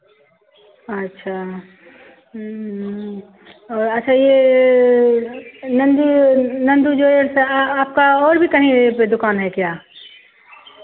अच्छा और अच्छा ये नन्दू नन्दू ज्वेलर्स आ आपका और भी कहीं पर् दुकान है क्या